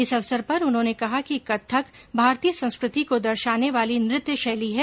इस अवसर पर उन्होंने कहा कि कत्थक भारतीय संस्कृति को दर्शाने वाली नृत्य शैली है